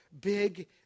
big